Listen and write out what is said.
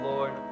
Lord